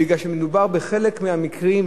בגלל שבחלק מהמקרים,